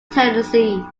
tennessee